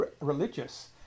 religious